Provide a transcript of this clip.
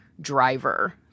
driver